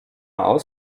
aus